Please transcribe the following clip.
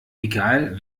egal